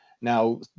Now